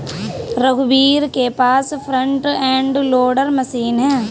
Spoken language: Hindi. रघुवीर के पास फ्रंट एंड लोडर मशीन है